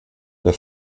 der